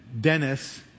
Dennis